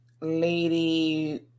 Lady